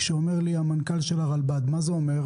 כשאומר לי מנכ"ל הרלב"ד: "חייבים למצוא לזה פתרון" מה זה אומר?